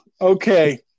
okay